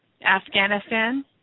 Afghanistan